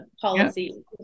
policy